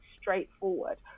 straightforward